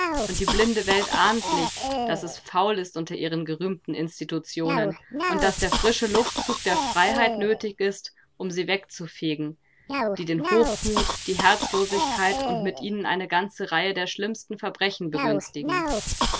und die blinde welt ahnt nicht daß es faul ist unter ihren gerühmten institutionen und daß der frische luftzug der freiheit nötig ist um sie wegzufegen die den hochmut die herzlosigkeit und mit ihnen eine ganze reihe der schlimmsten verbrechen begünstigen